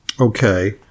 Okay